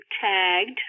tagged